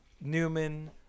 Newman –